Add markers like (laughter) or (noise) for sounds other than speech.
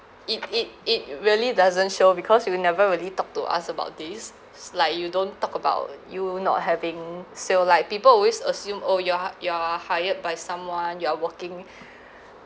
it it it really doesn't show because you never really talk to us about this it's like you don't talk about you not having sale like people always assume oh you're you're hired by someone you are working (breath)